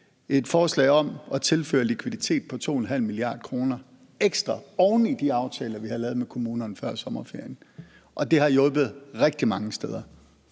et forslag om at tilføre en likviditet på 2,5 mia. kr. ekstra oven i de aftaler, vi havde lavet med kommunerne før sommerferien, og det har hjulpet rigtig mange steder.